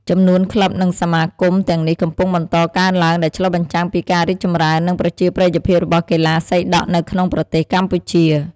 ចំនួនក្លឹប និងសមាគមទាំងនេះកំពុងបន្តកើនឡើង ដែលឆ្លុះបញ្ចាំងពីការរីកចម្រើន និងប្រជាប្រិយភាពរបស់កីឡាសីដក់នៅក្នុងប្រទេសកម្ពុជា។